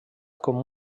com